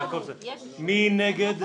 מי בעד 31?